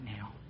now